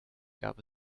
gab